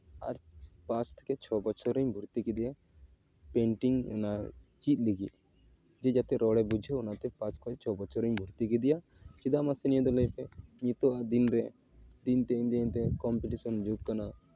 ᱟᱨ ᱯᱟᱸᱪ ᱛᱷᱮᱠᱮ ᱪᱷᱚ ᱵᱚᱪᱷᱚᱨ ᱨᱤᱧ ᱵᱷᱚᱨᱛᱤ ᱠᱮᱫᱮᱭᱟ ᱯᱮᱱᱴᱤᱝ ᱚᱱᱟ ᱪᱮᱫ ᱞᱟᱹᱜᱤᱫ ᱡᱮ ᱡᱟᱛᱮ ᱨᱚᱲᱮ ᱵᱩᱡᱷᱟᱹᱣ ᱚᱱᱟᱛᱮ ᱯᱟᱸᱪ ᱠᱷᱚᱡ ᱪᱷᱚ ᱵᱚᱪᱷᱚᱨ ᱨᱤᱧ ᱵᱷᱚᱨᱛᱤ ᱠᱮᱫᱮᱭᱟ ᱪᱮᱫᱟᱜ ᱢᱟᱥᱮ ᱱᱤᱭᱟᱹ ᱫᱚ ᱞᱟᱹᱭ ᱯᱮ ᱱᱤᱛᱚᱜ ᱟᱜ ᱫᱤᱱ ᱨᱮ ᱫᱤᱱ ᱫᱤᱱ ᱛᱮ ᱠᱚᱢᱯᱤᱴᱤᱥᱮᱱ ᱡᱩᱜᱽ ᱠᱟᱱᱟ